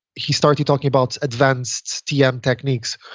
he started talking about advanced tm techniques,